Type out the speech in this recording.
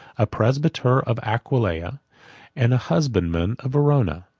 a presbyter of aquileia and a husbandman of verona.